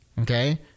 Okay